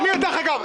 אין פה דבר כזה.